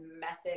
method